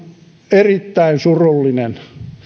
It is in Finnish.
erittäin surullinen